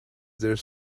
there